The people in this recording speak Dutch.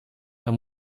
maar